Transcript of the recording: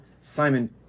Simon